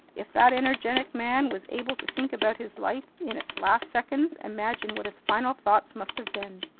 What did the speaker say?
if that energetic man was able to think about his life in its last seconds, imagine what his final thoughts must have been!